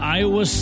Iowa